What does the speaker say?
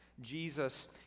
Jesus